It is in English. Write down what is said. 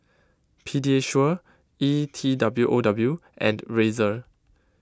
Pediasure E T W O W and Razer